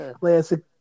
classic